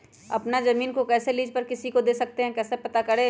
अपना जमीन को कैसे लीज पर किसी को दे सकते है कैसे पता करें?